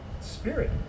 spirit